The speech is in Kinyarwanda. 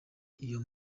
iyo